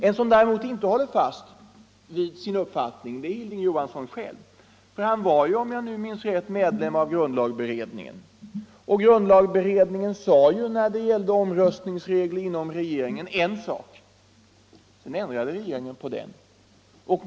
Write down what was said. En som däremot inte håller fast vid sin tidigare uppfattning är herr Johansson själv. Om jag minns rätt var han medlem av grundlagberedningen. När det gällde omröstningsregler inom regeringen sade grundlagsberedningen en sak som regeringen sedan ändrade på.